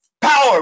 power